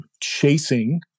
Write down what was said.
chasing